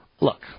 Look